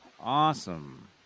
awesome